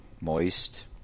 Moist